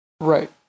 Right